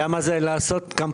אתה יודע מה זה לעשות קמפיין?